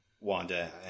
Wanda